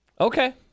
Okay